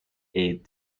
est